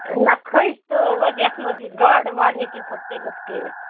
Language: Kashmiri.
نہ کھٔج تہٕ وٕ حظ یَتھ منٛز یہِ گاڈٕ واڈ ہیٚکہِ اِنسان تٔلِتھ کٔرِتھ